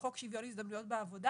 לחוק שוויון הזדמנויות בעבודה